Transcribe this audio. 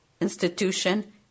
institution